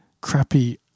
crappy